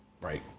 Right